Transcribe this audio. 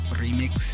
remix